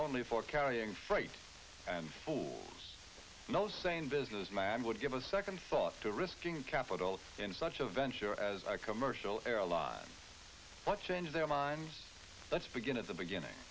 only for carrying freight and for no sane businessman would give a second thought to risking capital in such a venture as a commercial airline what changed their mind let's begin at the beginning